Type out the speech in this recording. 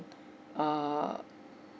err